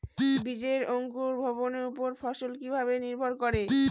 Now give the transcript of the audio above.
বীজের অঙ্কুর ভবনের ওপর ফলন কিভাবে নির্ভর করে?